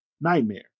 nightmare